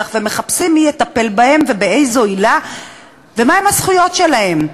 ומחפשים מי יטפל בהם ובאיזו עילה ומהן הזכויות שלהם.